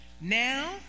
Now